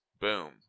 boom